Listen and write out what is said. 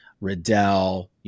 Riddell